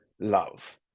love